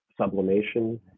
sublimation